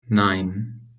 nein